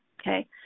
Okay